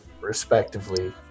respectively